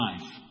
life